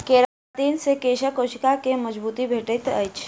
keratin से केशक कोशिका के मजबूती भेटैत अछि